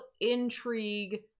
intrigue